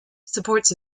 supports